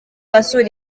asura